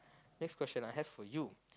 next question I have for you